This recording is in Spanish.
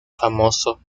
famoso